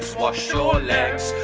wash your legs.